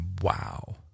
wow